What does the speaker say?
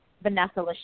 Vanessa